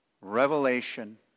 revelation